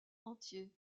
entier